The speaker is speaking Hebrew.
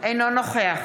אינו נוכח